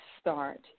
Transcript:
start